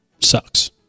Sucks